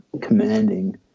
commanding